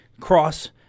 cross